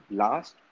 last